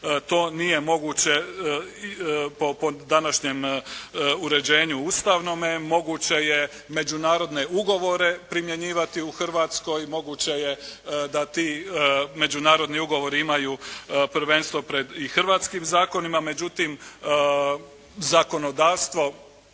To nije moguće po današnjem uređenju ustavnome. Moguće je međunarodne ugovore primjenjivati u Hrvatskoj. Moguće je da ti međunarodni ugovori imaju prvenstvo pred, i hrvatskim zakonima međutim zakonodavstvo